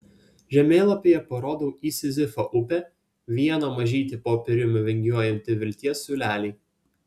žemėlapyje parodau į sizifo upę vieną mažytį popieriumi vingiuojantį vilties siūlelį